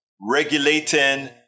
regulating